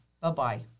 Bye-bye